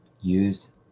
use